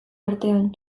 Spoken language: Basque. artean